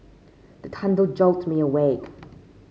the thunder jolt me awake